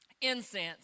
incense